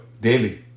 daily